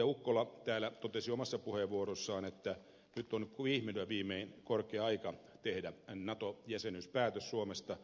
ukkola täällä totesi omassa puheenvuorossaan että nyt on vihdoin ja viimein korkea aika tehdä nato jäsenyyspäätös suomessa